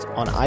on